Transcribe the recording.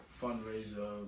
fundraiser